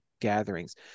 gatherings